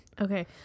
Okay